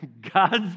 God's